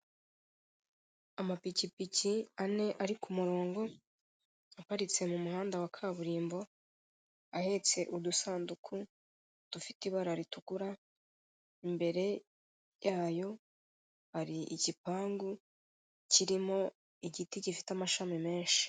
Amapikipiki ane ari ku murongo aparitse mu muhanda wa kaburimbo ahetse udusanduku dufite ibara ritukura, imbere yayo hari igipangu kirimo igiti gifite amashami menshi